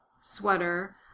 sweater